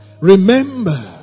remember